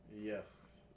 Yes